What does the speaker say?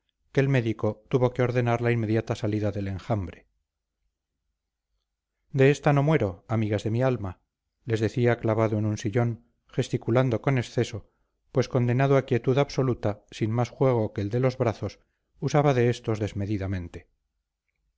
que el médico tuvo que ordenar la inmediata salida del enjambre de esta no muero amigas de mi alma les decía clavado en un sillón gesticulando con exceso pues condenado a quietud absoluta sin más juego que el de los brazos usaba de estos desmedidamente